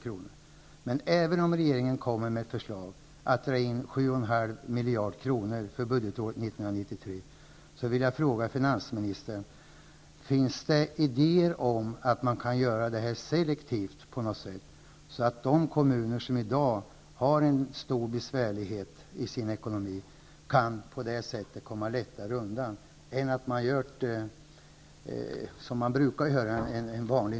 Men finns det, även om regeringen kommer med ett förslag om att 7,5 miljarder skall dras in för 1993, några idéer om att detta på något sätt kan göras selektivt, så att de kommuner som i dag har det mycket besvärligt ekonomiskt kan komma lättare undan?